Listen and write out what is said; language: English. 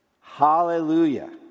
Hallelujah